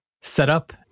setup